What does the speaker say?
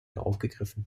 aufgegriffen